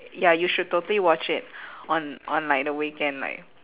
ya you should totally watch it on on like the weekend like